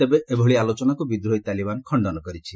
ତେବେ ଏଭଳି ଆଲୋଚନାକୁ ବିଦ୍ରୋହୀ ତାଲିବାନ ଖଣ୍ଡନ କରିଛି